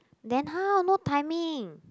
then how no timing